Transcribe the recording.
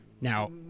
Now